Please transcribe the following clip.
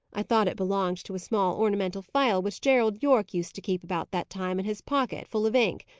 i thought it belonged to a small ornamental phial, which gerald yorke used to keep, about that time, in his pocket, full of ink.